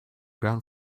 ground